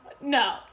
No